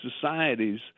societies